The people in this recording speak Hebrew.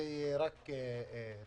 זה יהיה רק טוב.